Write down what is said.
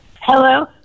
Hello